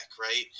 right